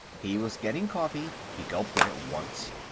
he was getting coffee he gulped it at once.